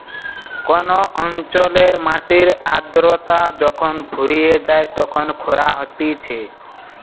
কোন অঞ্চলের মাটির আদ্রতা যখন ফুরিয়ে যায় তখন খরা হতিছে